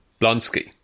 Blonsky